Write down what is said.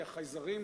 כי החייזרים,